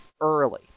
early